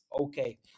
okay